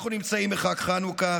אנחנו נמצאים בחג חנוכה,